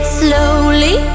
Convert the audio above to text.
slowly